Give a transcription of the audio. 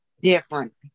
different